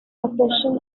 oppression